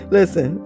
Listen